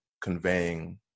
conveying